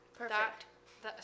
perfect